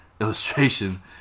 illustration